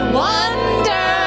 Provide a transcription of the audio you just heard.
wonder